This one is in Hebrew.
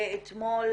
ואתמול